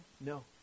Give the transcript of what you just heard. No